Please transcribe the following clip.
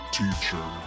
teacher